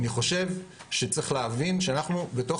אני חושב שצריך להבין שאנחנו בתוך